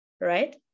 Right